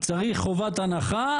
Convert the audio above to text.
צריך חובת הנחה,